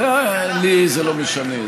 לי זה לא משנה,